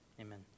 Amen